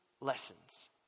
lessons